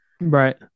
Right